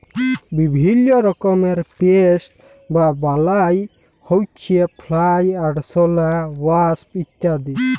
বিভিল্য রকমের পেস্ট বা বালাই হউচ্ছে ফ্লাই, আরশলা, ওয়াস্প ইত্যাদি